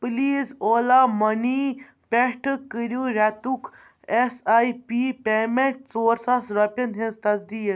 please اولا مٔنی پٮ۪ٹھٕ کٔریوٗ رٮ۪تُک اٮ۪س آی پی پیمٮ۪نٛٹ ژور ساس رۄپیَن ہٕنٛز تصدیٖق